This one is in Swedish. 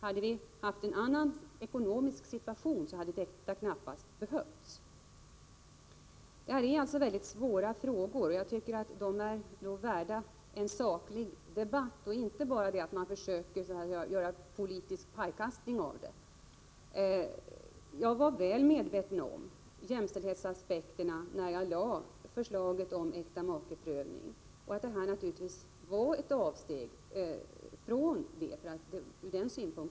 Hade vi haft en annan ekonomisk situation, hade det knappast behövts. Det här är mycket svåra frågor. De är värda en saklig debatt. Man skall inte bara försöka göra det hela till politisk pajkastning. Jag var väl medveten om jämställdhetsaspekten när jag lade fram förslaget om äktamakeprövning och om att det naturligtvis var ett avsteg från jämställdhetsprincipen.